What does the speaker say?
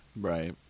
Right